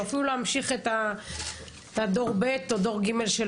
או אפילו להמשיך כדור שני או שלישי של